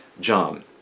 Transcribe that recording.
John